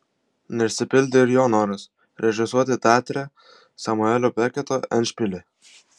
neišsipildė ir jo noras režisuoti teatre samuelio beketo endšpilį